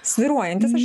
svyruojantis aš